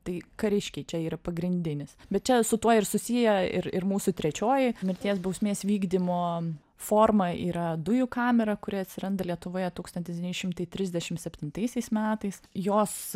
tai kariškiai čia yra pagrindinis bet čia su tuo ir susiję ir ir mūsų trečioji mirties bausmės vykdymo forma yra dujų kamera kuri atsiranda lietuvoje tūkstantis devyni šimtai trisdešim septintaisiais metais jos